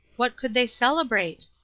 what could they celebrate?